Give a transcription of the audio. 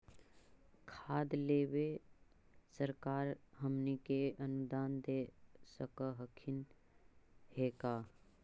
खाद लेबे सरकार हमनी के अनुदान दे सकखिन हे का?